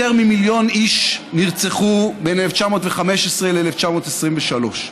יותר ממיליון איש נרצחו בין 1915 ל-1923.